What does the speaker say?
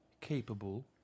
capable